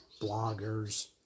bloggers